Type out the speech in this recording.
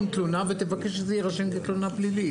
תלונה ותבקש שזה יירשם כתלונה פלילית.